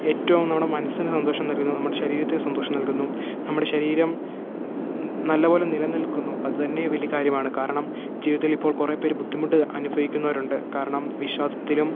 ഏറ്റവും നമ്മുടെ മനസ്സിനു സന്തോഷം തരുന്നു നമ്മുടെ ശരീരത്തിന് സന്തോഷം നൽകുന്നു നമ്മുടെ ശരീരം നല്ലതു പോലെ നില നിൽക്കുന്നു അത് തന്നെ വലിയ കാര്യമാണ് കാരണം ജീവിതത്തിൽ ഇപ്പോൾ കുറേപ്പേര് ബുദ്ധിമുട്ട് അനുഭവിക്കുന്നവരുണ്ട് കാരണം വിഷാദത്തിലും